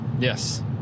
yes